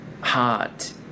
heart